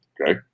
okay